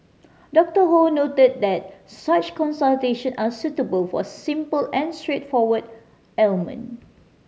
Doctor Ho noted that such consultation are suitable for simple and straightforward ailment